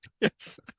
yes